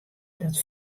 dat